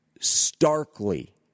starkly